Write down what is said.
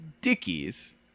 Dickie's